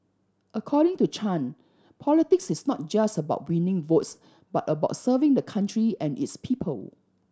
according to Chan politics is not just about winning votes but about serving the country and its people